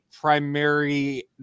primary